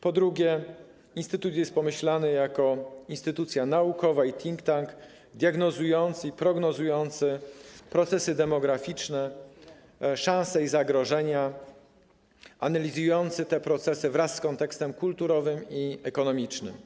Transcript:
Po drugie, instytut jest pomyślany jako instytucja naukowa i think tank diagnozujący i prognozujący procesy demograficzne, szanse i zagrożenia, analizujący te procesy wraz z kontekstem kulturowym i ekonomicznym.